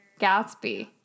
Gatsby